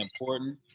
important